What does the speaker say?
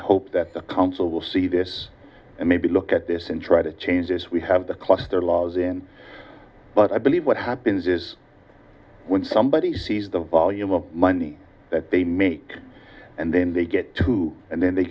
hope that the council will see this and maybe look at this and try to change this we have the cluster laws in but i believe what happens is when somebody sees the volume of money that they make and then they get to and then they